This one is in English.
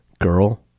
Girl